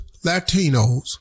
Latinos